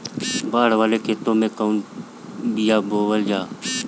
बाड़ वाले खेते मे कवन बिया बोआल जा?